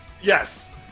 Yes